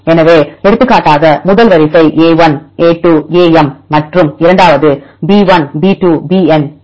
எனவே எடுத்துக்காட்டாக முதல் வரிசை a1 a2 am மற்றும் இரண்டாவது b1 b2 bn எனில்